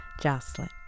Jocelyn